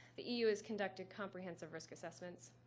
the eu has conducted comprehensive risk assessments.